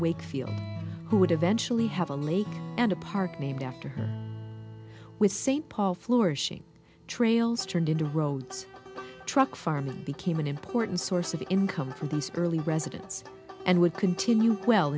wakefield who would eventually have a lake and a park named after her with st paul floor she trails turned into roads truck farm and became an important source of income for these early residents and would continue well